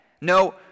No